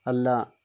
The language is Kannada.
ಅಲ್ಲ